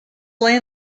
lay